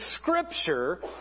Scripture